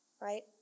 right